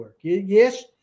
Yes